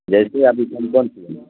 جیسے ابھی کون کون سی ہے